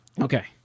Okay